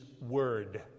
word